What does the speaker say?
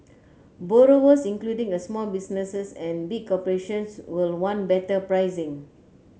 borrowers including small businesses and big corporations will want better pricing